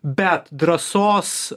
bet drąsos